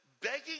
Begging